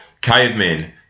cavemen